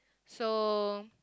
so